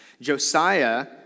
Josiah